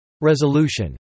Resolution